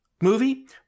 movie